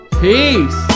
Peace